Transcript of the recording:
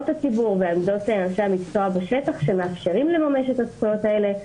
הציבור ועמדות אנשי המקצוע בשטח שמאפשרים לממש את הזכויות האלה,